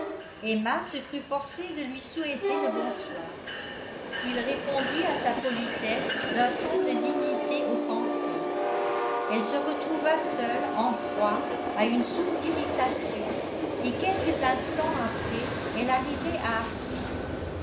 emma se crut forcée de lui souhaiter le bonsoir il répondit à sa politesse d'un ton de dignité offensée elle se retrouva seule en proie à une sourde irritation et quelques instants après elle arrivait à